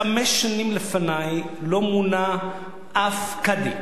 חמש שנים לפני לא מונה אף קאדי,